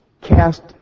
cast